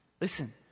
listen